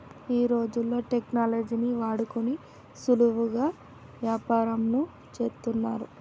ఈ రోజుల్లో టెక్నాలజీని వాడుకొని సులువుగా యాపారంను చేత్తన్నారు